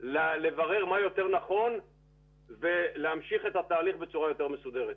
לברר מה יותר נכון ולהמשיך את התהליך בצורה יותר מסודרת.